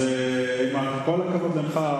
עם כל הכבוד למחאה,